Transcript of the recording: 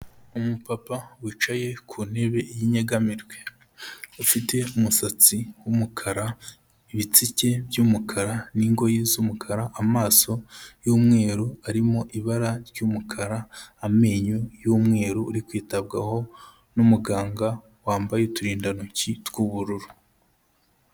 Umupapa wicaye ku ntebe y'inyegamirwe, ufite umusatsi w'umukara, ibitsike by'umukara n'ingo yi z'umukara amaso y'umweru arimo ibara ry'umukara, amenyo y'umweru, uri kwitabwaho n'umuganga wambaye uturindantoki tw'ubururu.